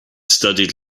studied